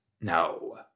no